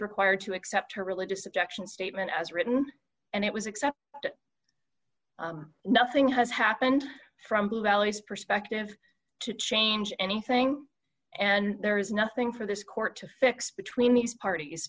required to accept her religious objection statement as written and it was except that nothing has happened from the realities perspective to change anything and there is nothing for this court to fix between these parties